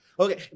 Okay